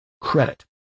credit